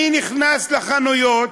אני נכנס לחנויות,